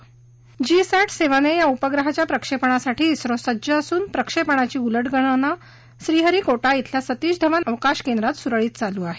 G sat seven A या उपग्रहाच्या प्रक्षेपणासाठी ओ सज्ज असून प्रक्षेपानाची उलटगणना श्रीहरीकोटा विल्या सतीश धवन अवकाश केंद्रात सूरळीत चालू आहे